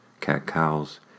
cat-cows